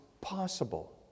possible